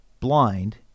Blind